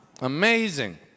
Amazing